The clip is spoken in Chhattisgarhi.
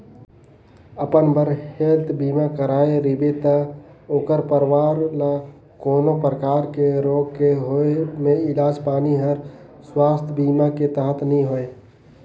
अपन बर हेल्थ बीमा कराए रिबे त ओखर परवार ल कोनो परकार के रोग के होए मे इलाज पानी हर सुवास्थ बीमा के तहत नइ होए